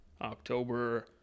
october